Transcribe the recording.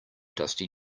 dusty